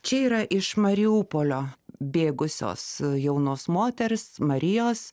čia yra iš mariupolio bėgusios jaunos moters marijos